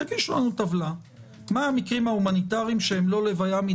תגישו לנו טבלה מה המקרים ההומניטריים שהם לא הלוויה של